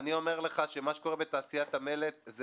אני אומר לך שמה שקורה בתעשיית המלט זה